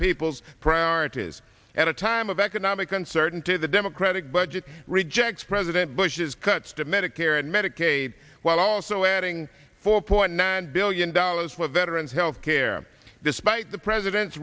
people's priorities at a time of economic uncertainty the democratic budget rejects president bush's cuts to medicare and medicaid while also adding four point nine billion dollars with veterans health care despite the president's